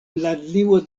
landlimo